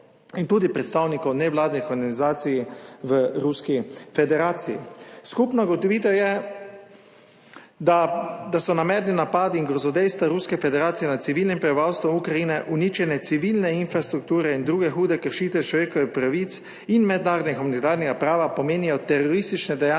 in tudi predstavnikov nevladnih organizacij v Ruski federaciji. Skupna ugotovitev je, da namerni napadi in grozodejstva Ruske federacije nad civilnim prebivalstvom Ukrajine, uničenje civilne infrastrukture in druge hude kršitve človekovih pravic in mednarodnega humanitarnega prava, pomenijo teroristična dejanja